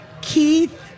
Keith